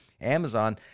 Amazon